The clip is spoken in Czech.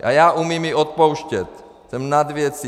A já umím i odpouštět, jsem nad věcí.